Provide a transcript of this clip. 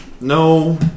No